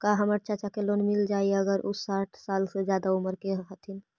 का हमर चाचा के लोन मिल जाई अगर उ साठ साल से ज्यादा के उमर के हथी?